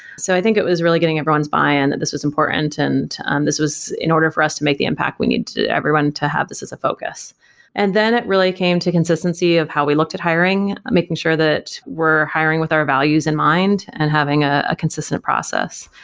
so i think it was really getting everyone's buy-in and this was important and and this was in order for us to make the impact, we needed everyone to have this as a focus and then it really came to consistency of how we looked at hiring, making sure that we're hiring with our values in mind and having ah a consistent process.